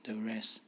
the rest